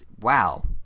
wow